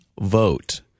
vote